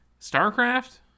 StarCraft